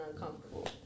uncomfortable